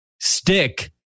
stick